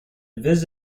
viz